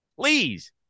Please